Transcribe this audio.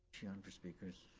she on for speakers?